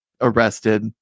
arrested